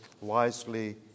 wisely